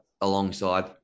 alongside